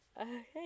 okay